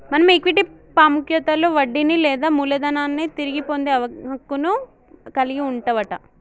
మనం ఈక్విటీ పాముఖ్యతలో వడ్డీని లేదా మూలదనాన్ని తిరిగి పొందే హక్కును కలిగి వుంటవట